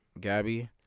Gabby